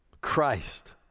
Christ